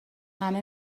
همه